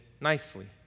nicely